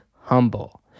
humble